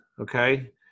Okay